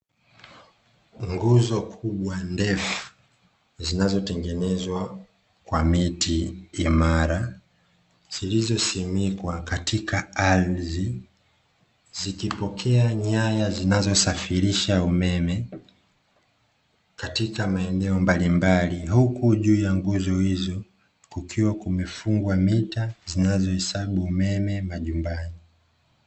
Nguzo kubwa ndefu zinazotengenezwa kwa miti imara, zilizosimikwa katika ardhi, zikipokea nyaya zinazosafirisha umeme katika maeneo mbalimbali, huku juu ya nguzo hizo kukiwa kumefungwa mita zinazohesabu umeme majumbani.